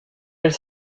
elle